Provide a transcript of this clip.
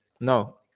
No